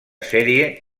sèrie